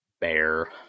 bear